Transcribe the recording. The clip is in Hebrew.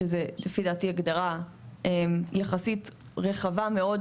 שזה לפי דעתי הגדרה יחסית רחבה מאוד,